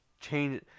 change